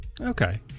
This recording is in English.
Okay